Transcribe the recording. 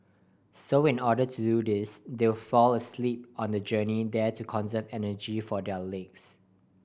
so in order to do this they'll fall asleep on the journey there to conserve energy for their legs